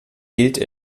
gilt